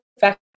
fact